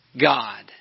God